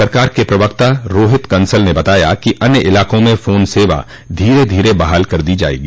सरकार के प्रवक्ता रोहित कंसल ने बताया कि अन्य इलाकों में फोन सेवा धीरे धीरे बहाल कर दी जाएगी